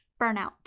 burnout